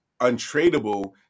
untradable